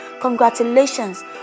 Congratulations